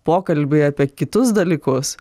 pokalbiai apie kitus dalykus